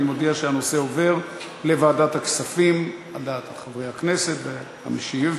אני מודיע שהנושא עובר לוועדת הכספים על דעת חברי הכנסת והמשיב.